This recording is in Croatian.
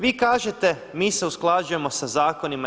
Vi kažete mi se usklađujemo sa zakonima EU.